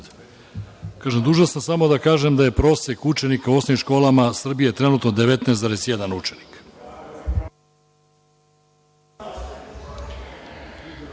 Dužan sam samo da kažem da je prosek učenika u osnovnim školama Srbije trenutno 19,1 učenik.